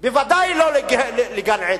בוודאי לא לגן-עדן.